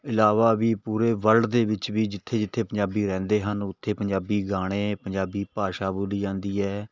ਇਲਾਵਾ ਵੀ ਪੂਰੇ ਵਰਲਡ ਦੇ ਵਿੱਚ ਵੀ ਜਿੱਥੇ ਜਿੱਥੇ ਪੰਜਾਬੀ ਰਹਿੰਦੇ ਹਨ ਉੱਥੇ ਪੰਜਾਬੀ ਗਾਣੇ ਪੰਜਾਬੀ ਭਾਸ਼ਾ ਬੋਲੀ ਜਾਂਦੀ ਹੈ